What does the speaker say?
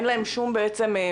אין להם שום מענה,